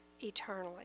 eternally